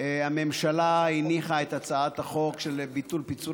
הממשלה הניחה את הצעת החוק של ביטול פיצול